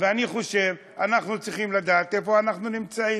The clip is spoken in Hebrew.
ואני חושב שאנחנו צריכים לדעת איפה אנחנו נמצאים.